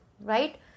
right